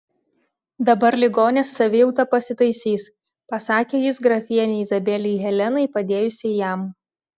dabar ligonės savijauta pasitaisys pasakė jis grafienei izabelei helenai padėjusiai jam